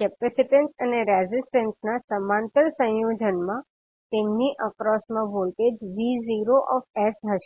capacitance અને resistance ના સમાંતર સંયોજનમાં તેમની એક્રોસમા વોલ્ટેજ 𝑉0 હશે